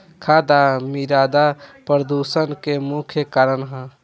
खाद आ मिरदा प्रदूषण के मुख्य कारण ह